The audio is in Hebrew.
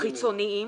חיצוניים.